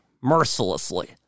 mercilessly